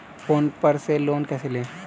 Phone पर से loan कैसे लें?